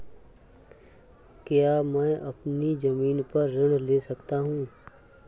क्या मैं अपनी ज़मीन पर ऋण ले सकता हूँ?